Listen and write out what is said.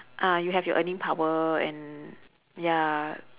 uh you have your earning power and ya